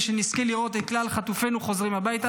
שנזכה לראות את כלל חטופינו חוזרים הביתה.